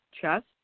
chest